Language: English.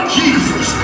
jesus